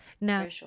Now